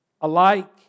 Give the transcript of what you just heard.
alike